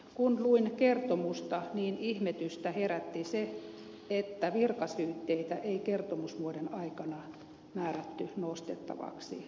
kun luin kertomusta niin ihmetystä herätti se että virkasyytteitä ei kertomusvuoden aikana määrätty nostettavaksi